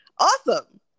Awesome